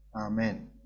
Amen